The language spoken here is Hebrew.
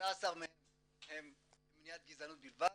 18 מהם הם למניעת גזענות בלבד,